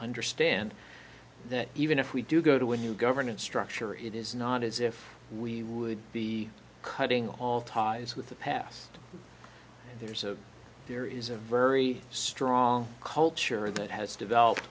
understand that even if we do go to a new governance structure it is not as if we would be cutting all ties with the past and there's a there is a very strong culture that has developed